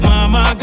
Mama